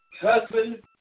husband